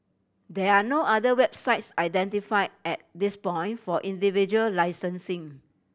there are no other websites identified at this point for individual licensing